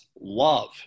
love